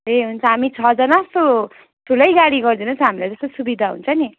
ए हुन्छ हामी छजाना छौँ ठुलै गाडी गर्दिनुहोस् न हामीलाई जस्तो सुविधा हुन्छ नि